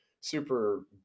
super